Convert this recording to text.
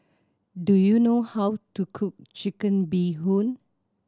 do you know how to cook Chicken Bee Hoon